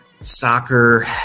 soccer